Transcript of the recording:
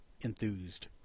enthused